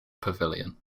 pavilion